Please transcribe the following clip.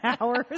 hours